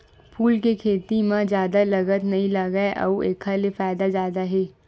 फूल के खेती म जादा लागत नइ लागय अउ एखर ले फायदा जादा हे